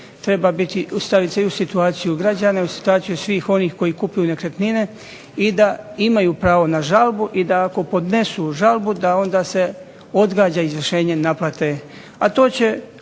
treba stavit se i u situaciju građana i u situaciju svih onih koji kupuju nekretnine i da imaju pravo na žalbu i da ako podnesu žalbu da onda se odgađa izvršenje naplate,